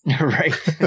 Right